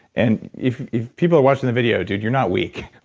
and if if people are watching the video, dude, you're not weak.